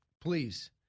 Please